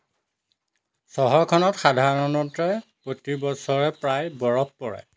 চহৰখনত সাধাৰণতে প্ৰতি বছৰে প্ৰায় বৰফ পৰে